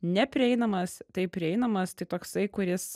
neprieinamas tai prieinamas tai toksai kuris